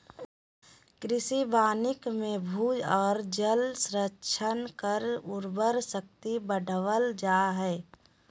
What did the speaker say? कृषि वानिकी मे भू आर जल संरक्षण कर उर्वरा शक्ति बढ़ावल जा हई